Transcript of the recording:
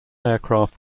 aircraft